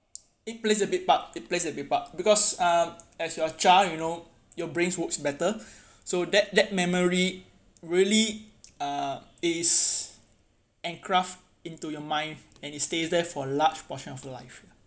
it plays a big part it plays a big part because uh as a child you know your brains works better so that that memory really uh is en craft into your mind and it stays there for large portion of life